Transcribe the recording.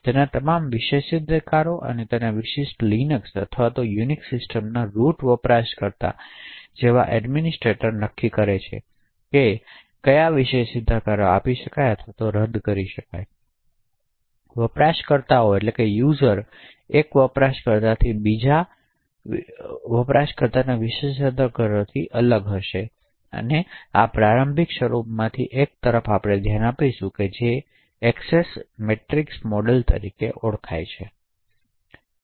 તેના તમામ વિશેષાધિકારો તેથી વિશિષ્ટ લિનક્સ અથવા યુનિક્સ સિસ્ટમના રૂટ વપરાશકર્તા જેવા એડમિનિસ્ટ્રેટર નક્કી કરી શકે છે કે કયા વિશેષાધિકારો આપી શકાય છે અથવા રદ કરી શકાય છે વપરાશકર્તાઓ એક વપરાશકર્તાથી બીજા વિશેષાધિકારો પસાર કરવામાં સમર્થ હશે તેથી આપણે પ્રારંભિક સ્વરૂપોમાંથી એક પર ધ્યાન આપીશું જે એએક્સેસ મેટ્રિક્સ મોડેલ તરીકે ઓળખાય છે